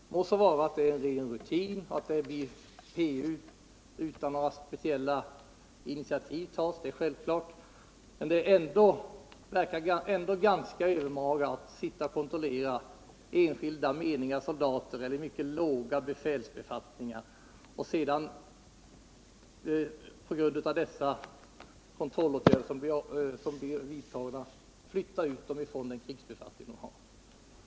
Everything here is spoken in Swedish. Det må så vara att det är ren rutin och att det blir personundersökning utan att några speciella initiativ tas, men det verkar ändå ganska övermaga att kontrollera enskilda meniga soldater eller personer i mycket låga befälsbefattningar och sedan på grund av vidtagna kontrollåtgärder flytta ut dem ifrån den krigsbefattning de har.